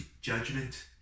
Judgment